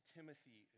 Timothy